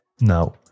Now